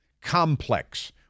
complex